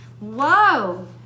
Whoa